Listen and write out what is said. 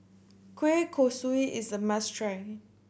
kueh kosui is a must try